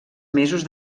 mesos